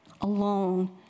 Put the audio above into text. alone